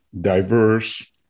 diverse